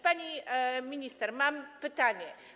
Pani minister, mam pytanie.